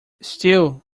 still